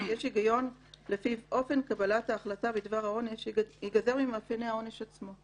יש היגיון לפיו אופן קבלת ההחלטה בדבר העונש ייגזר למעשה מהעונש עצמו.